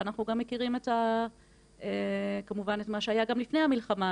ואנחנו גם מכירים כמובן את מה שהיה לפני המלחמה,